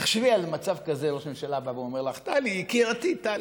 תחשבי על מצב כזה שראש ממשלה בא ואומר לך: יקירתי טלי,